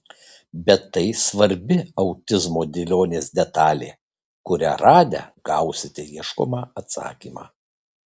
bet tai svarbi autizmo dėlionės detalė kurią radę gausite ieškomą atsakymą